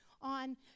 on